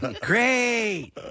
Great